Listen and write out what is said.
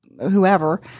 whoever